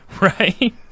Right